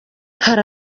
hari